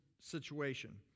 situation